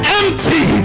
empty